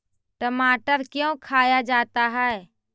टमाटर क्यों खाया जाता है?